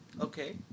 Okay